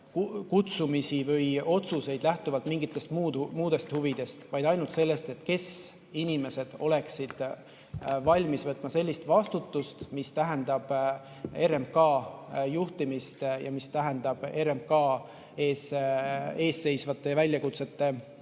kutsumisi või otsuseid lähtuvalt mingitest muudest huvidest, vaid ainult sellest, kas inimesed oleksid valmis võtma sellist vastutust, mis tähendab RMK juhtimist ja mis tähendab RMK ees seisvate väljakutsete ületamist.